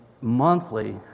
monthly